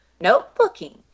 notebooking